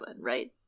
right